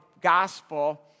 gospel